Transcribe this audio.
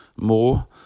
More